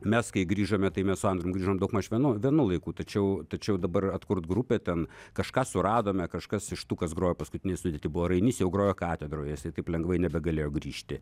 mes kai grįžome tai mes su andriumi grįžom daugmaž vienu vienu laiku tačiau tačiau dabar atkurt grupę ten kažką suradome kažkas iš tų kas grojo paskutinėj sudėty buvo rainys jau grojo katedroj jis taip lengvai nebegalėjo grįžti